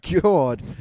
God